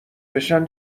بشن